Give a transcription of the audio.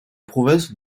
province